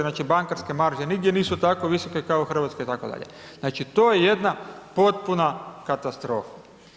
Znači bankarske marže nigdje nisu tako visoke kao u Hrvatskoj itd., znači to je jedna potpuna katastrofa.